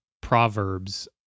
Proverbs